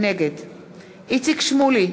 נגד איציק שמולי,